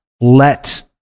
let